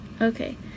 Okay